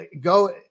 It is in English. go